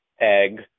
egg